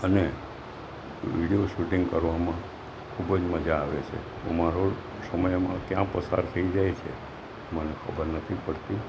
અને video shooting કરવામાં ખૂબ જ મજા આવે છે અમારો સમયમાં ક્યાં પસાર થઈ જાય છે મને ખબર નથી પડતી